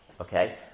okay